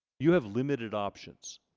you have limited options